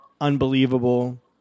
unbelievable